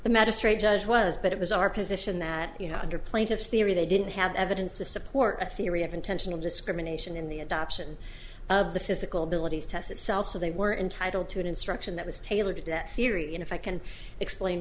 the magistrate judge was but it was our position that you know under plaintiff's theory they didn't have evidence to support a theory of intentional discrimination in the adoption of the physical abilities test itself so they were entitled to an instruction that was tailored to that theory and if i can explain